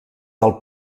del